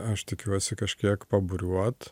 aš tikiuosi kažkiek pabūriuot